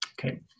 Okay